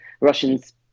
Russians